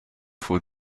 for